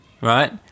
right